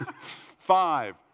Five